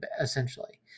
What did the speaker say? essentially